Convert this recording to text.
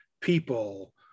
people